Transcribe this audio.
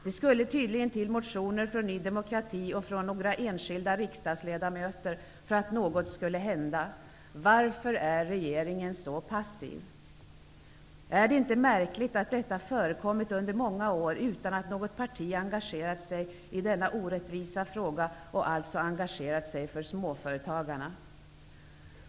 Det skulle tydligen till motioner från Ny demokrati och från några enskilda riksdagsledamöter för att något skulle hända. Varför är regeringen så passiv? Är det inte märkligt att detta förekommit under många år utan att något parti engagerat sig i denna orättvisa fråga, alltså utan att engagera sig för småföretagarna?